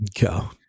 Go